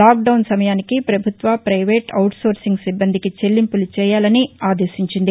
lockdown సమయానికి ప్రభుత్వ private outsourcing సిబ్బందికి చెల్లింపులు చేయాలని ఆదేశించింది